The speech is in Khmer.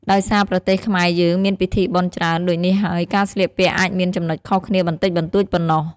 ដោយសារប្រទេសខ្មែរយើងមានពិធីបុណ្យច្រើនដូចនេះហើយការស្លៀកពាក់អាចមានចំណុចខុសគ្នាបន្តិចបន្ទួចប៉ុណ្ណោះ ។